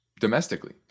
domestically